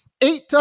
Eight